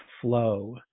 flow